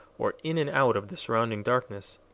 or in and out of the surrounding darkness.